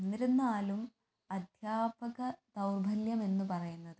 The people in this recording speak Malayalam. എന്നിരുന്നാലും അദ്ധ്യാപക ദൗർഭല്യം എന്ന് പറയുന്നത്